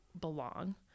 belong